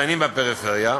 מצטיינים מהפריפריה.